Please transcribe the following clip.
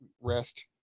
rest